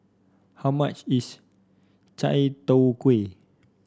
how much is Chai Tow Kuay